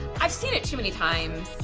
i've seen it too many times.